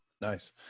Nice